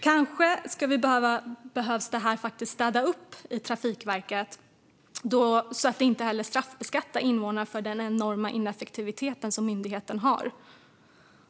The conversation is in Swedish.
Kanske behöver man städa upp i Trafikverket så att invånarna inte straffbeskattas för den enorma ineffektiviteten som myndigheten har.